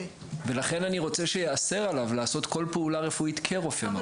לכן אני רוצה שייאסר עליו לעשות כל פעולה כרופא מרדים.